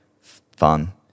fun